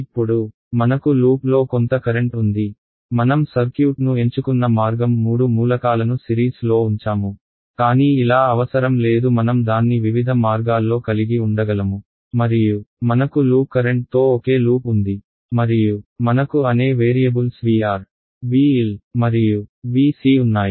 ఇప్పుడు మనకు లూప్లో కొంత కరెంట్ ఉంది మనం సర్క్యూట్ను ఎంచుకున్న మార్గం మూడు మూలకాలను ను సిరీస్ లో ఉంచాము కానీ ఇలా అవసరం లేదు మనం దాన్ని వివిధ మార్గాల్లో కలిగి ఉండగలము మరియు మనకు లూప్ కరెంట్తో ఒకే లూప్ ఉంది మరియు మనకు అనే వేరియబుల్స్ VR VL మరియు VC ఉన్నాయి